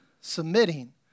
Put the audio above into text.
submitting